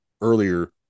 earlier